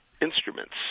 instruments